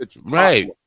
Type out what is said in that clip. Right